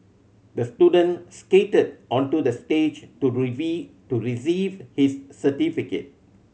the student skated onto the stage to to receive his certificate